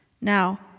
Now